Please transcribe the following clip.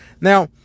Now